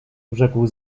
rzekł